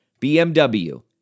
BMW